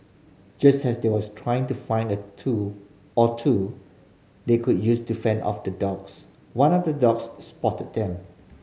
just as they was trying to find a tool or two they could use to fend off the dogs one of the dogs spotted them